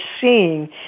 seeing